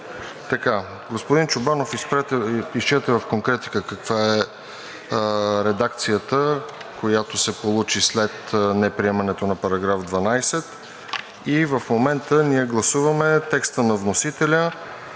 Господин Чобанов изчете в конкретика каква е редакцията, която се получи след неприемането на § 12. В момента гласуваме текста на вносителя